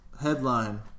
Headline